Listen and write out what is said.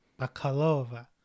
bakalova